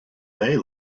they